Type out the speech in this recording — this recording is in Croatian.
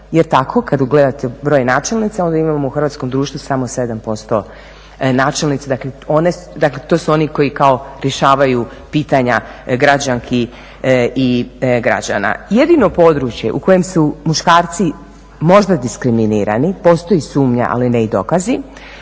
Jer tako kad gledate broj načelnica, ovdje imamo u hrvatskom društvu samo 7% načelnica, dakle to su oni koji kao rješavaju pitanja građanki i građana. Jedino područje u kojem su muškarci možda diskriminirani, postoji sumnja, ali ne i dokazi,